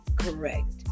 correct